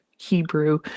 Hebrew